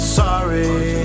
sorry